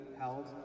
held